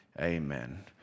Amen